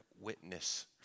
witness